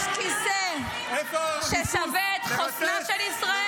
למה אתה לא ------ יש כיסא ששווה את חוסנה של ישראל?